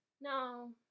No